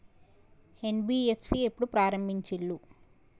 NBFC ఎప్పుడు ప్రారంభించిల్లు?